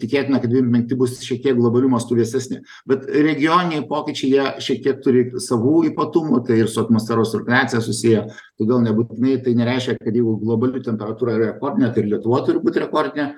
tikėtina kad dvim penkti bus šiek tiek globaliu mastu vėsesni bet regioniniai pokyčiai jie šiek tiek turi savų ypatumų tai ir su atmosferos cirkuliacija susiję todėl nebūtinai tai nereiškia kad jeigu globali temperatūra yra rekordinė tai ir lietuvoj turi būt rekordinė